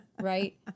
Right